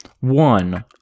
One